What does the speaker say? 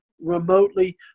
remotely